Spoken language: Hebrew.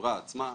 החברה עצמה.